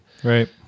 Right